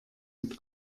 mit